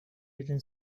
written